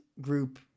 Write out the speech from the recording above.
group